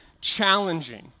challenging